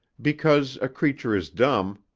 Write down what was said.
because a creature is dumb,